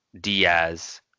Diaz